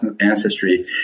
ancestry